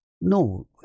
No